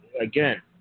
again